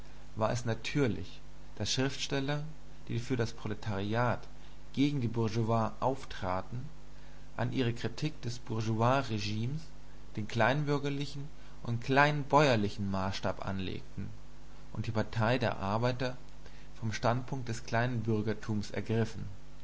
war es natürlich daß schriftsteller die für das proletariat gegen die bourgeoisie auftraten an ihre kritik des bourgeoisregimes den kleinbürgerlichen und kleinbäuerlichen maßstab anlegten und die partei der arbeiter vom standpunkt des kleinbürgertums ergriffen